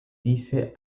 diese